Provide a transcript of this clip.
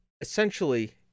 essentially